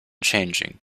changing